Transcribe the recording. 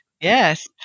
Yes